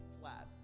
flat